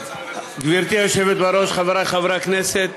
גברתי היושבת בראש, חברי חברי הכנסת,